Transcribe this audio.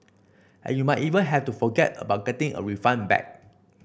and you might even have to forget about getting a refund back